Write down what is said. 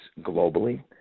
globally